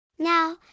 Now